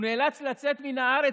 הוא נאלץ לצאת מן הארץ,